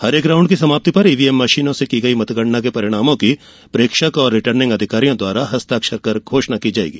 प्रत्येक राउंड की समाप्ति पर ईवीएम मशीनों से की गयी मतगणना के परिणामों की प्रेक्षक और रिर्टनिग अधिकारियों द्वारा हस्ताक्षर कर घोषणा की जाएगी